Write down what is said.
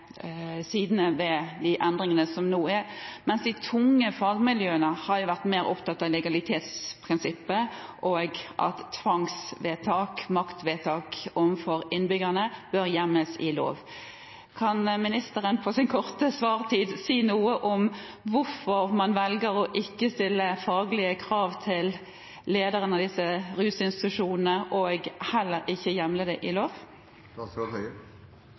legalitetsprinsippet og av at tvangsvedtak, maktvedtak, overfor innbyggerne bør hjemles i lov. Kan ministeren på sin korte svartid si noe om hvorfor man velger ikke å stille faglige krav til lederen av disse rusinstitusjonene, og heller ikke hjemler det i lov?